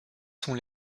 sont